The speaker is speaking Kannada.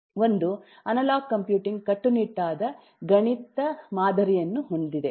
ಒಂದು ಅನಲಾಗ್ ಕಂಪ್ಯೂಟಿಂಗ್ ಕಟ್ಟುನಿಟ್ಟಾದ ಗಣಿತ ಮಾದರಿಯನ್ನು ಹೊಂದಿದೆ